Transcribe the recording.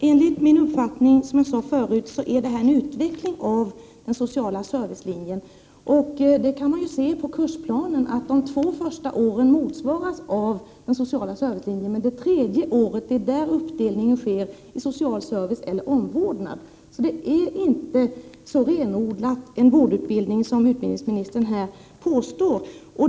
Herr talman! Som jag sade förut är detta enligt min mening en utveckling av den sociala servicelinjen. Man kan ju se i kursplanen att de två första åren motsvaras av den sociala servicelinjen. Men det tredje året sker uppdelningen i social service eller omvårdnad. Det är alltså inte en så renodlad vårdutbildning som utbildningsministern här påstår.